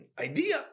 idea